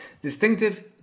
distinctive